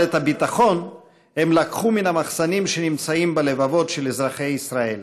אבל את הביטחון הם לקחו מן המחסנים שנמצאים בלבבות של אזרחי ישראל.